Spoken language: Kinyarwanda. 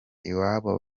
iwabo